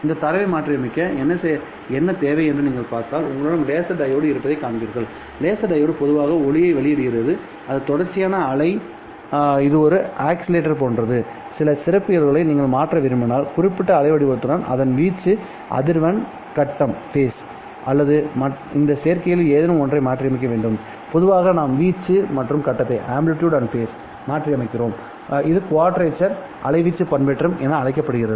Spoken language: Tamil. இந்தத் தரவை மாற்றியமைக்க என்ன தேவை என்று நீங்கள் பார்த்தால் உங்களிடம் லேசர் டையோடு இருப்பதைக் காண்பீர்கள் லேசர் டையோடு பொதுவாக ஒலியை வெளியிடுகிறது இது தொடர்ச்சியான அலை இது ஒரு ஆஸிலேட்டர் போன்றது இதன் சிறப்பியல்புகளை நீங்கள் மாற்ற விரும்பினால் குறிப்பிட்ட அலைவடிவத்துடன் அதன் வீச்சுamplitude அதிர்வெண்frequency கட்டம் அல்லது இந்த சேர்க்கைகளில் ஏதேனும் ஒன்றை மாற்றியமைக்க வேண்டும் பொதுவாக நாம் வீச்சு மற்றும் கட்டத்தை மாற்றியமைக்கிறோம் இது குவாட்ரேச்சர் அலைவீச்சு பண்பேற்றம் என அழைக்கப்படுகிறது